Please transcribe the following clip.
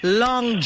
long